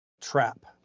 trap